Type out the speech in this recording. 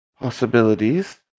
possibilities